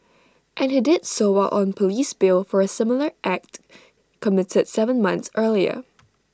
and he did so while on Police bail for A similar act committed Seven months earlier